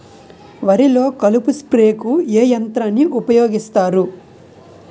వరిలో కలుపు స్ప్రేకు ఏ యంత్రాన్ని ఊపాయోగిస్తారు?